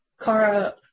Kara